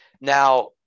now